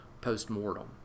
post-mortem